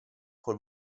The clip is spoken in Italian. col